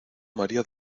maría